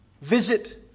Visit